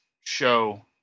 show